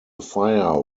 fire